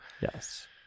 yes